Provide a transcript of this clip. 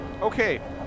Okay